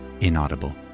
inaudible